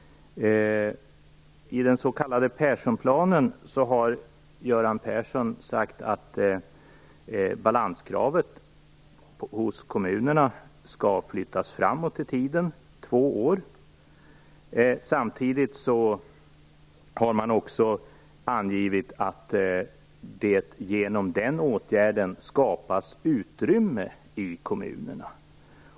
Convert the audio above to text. I den s.k. Perssonplanen har Göran Persson sagt att balanskravet hos kommunerna skall flyttas två år framåt i tiden. Samtidigt har man också angivit att det genom den åtgärden skapas utrymme i kommunerna.